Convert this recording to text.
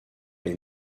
les